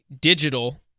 digital